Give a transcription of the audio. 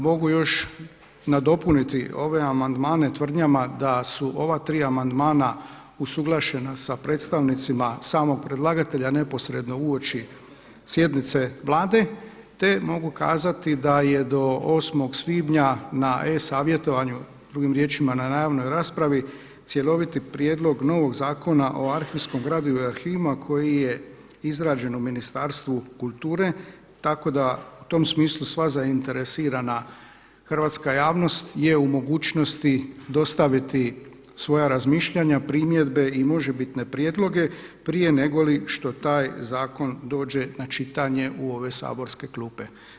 Mogu još nadopuniti ove amandmane tvrdnjama da su ova tri amandmana usuglašena sa predstavnicima samog predlagatelja neposredno uoči sjednice Vlade, te mogu kazati da je do 8. svibnja na e-savjetovanju, drugim riječima na javnoj raspravi cjeloviti prijedlog novog Zakona o arhivskom gradivu i arhivima koji je izrađen u Ministarstvu kulture, tako da u tom smislu sva zainteresirana hrvatska javnost je u mogućnosti dostaviti svoja razmišljanja, primjedbe i možebitne prijedloge prije negoli što taj zakon dođe na čitanje u ove saborske klupe.